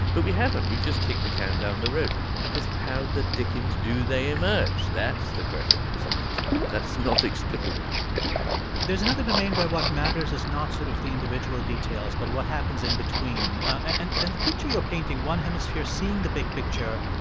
but we haven't. we've just kicked the can down the road because how the dickens do they emerge? that's the question that's interesting. that's not explicable there's another domain where what matters is not sort of the individual details but what happens in between. and and the picture you're painting one hemisphere seeing the big picture,